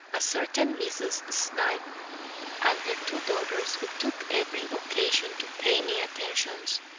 a certain mrs. snipe and her two daughters, who took every occasion to pay me attentions,